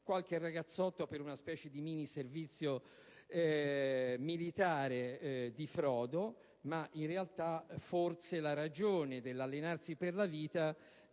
qualche ragazzotto per una specie di miniservizio militare di frodo. Ma forse la ragione dell'allenarsi per la vita